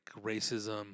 racism